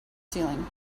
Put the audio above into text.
ceiling